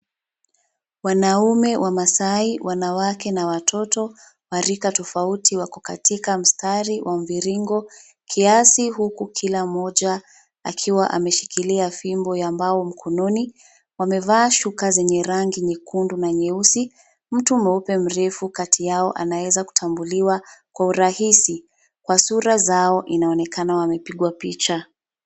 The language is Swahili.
Wanaume wamaasai, wanawake na watoto wa rika tofauti wako katika mstari wa mviringo kiasi huku kila mmoja akiwa ameshikilia fimbo la mbao mkononi. Wamevaa shuka zenye rangi nyekundu na nyeusi. Mtu mweupe mrefu kati yao anaweza kutambuliwa kwa urahisi. Kwa sura zao inaonekana wamepigwa picha.